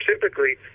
typically